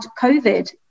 covid